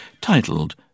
titled